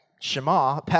Shema